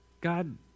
God